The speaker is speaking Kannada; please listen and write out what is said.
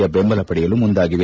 ಯ ಬೆಂಬಲ ಪಡೆಯಲು ಮುಂದಾಗಿದೆ